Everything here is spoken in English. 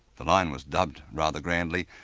the line was dubbed, rather grandly,